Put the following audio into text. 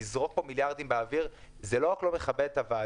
לזרוק פה מיליארדים באוויר זה דבר שלא רק שהוא לא מכבד את הוועדה,